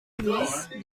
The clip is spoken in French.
police